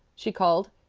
she called.